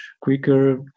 quicker